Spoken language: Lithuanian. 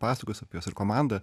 pasakos apie juos ir komanda